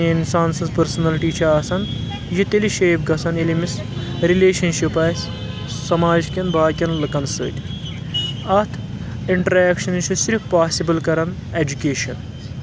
یۄس زَن یہِ اِنسان سٕنٛز پٔرسنلٹی چھِ آسان یہِ تیٚلہِ شیپ گژھان ییٚلہِ أمِس رِلیشَن شِپ آسہِ سَماج کؠن باقین لُکَن سۭتۍ اَتھ اِنٹریکشنٕے یہِ چھُ صرف پاسِبٕل کران ایجوکیشَن